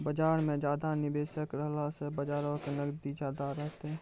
बजार मे ज्यादा निबेशक रहला से बजारो के नगदी ज्यादा रहतै